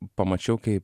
pamačiau kai